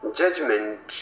judgment